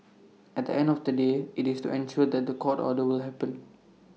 at the end of the day IT is to ensure that The Court order will happen